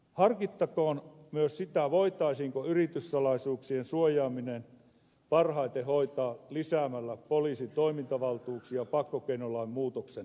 harkittakoon myös sitä voitaisiinko yrityssalaisuuksien suojaaminen parhaiten hoitaa lisäämällä poliisin toimintavaltuuksia pakkokeinolain muutoksen kautta